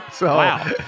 wow